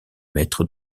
mètres